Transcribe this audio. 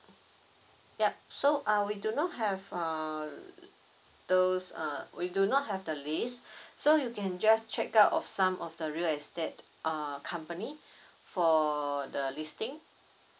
yup so uh we do not have uh those uh we do not have the list so you can just check out of some of the real estate uh company for the listing